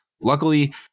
Luckily